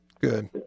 Good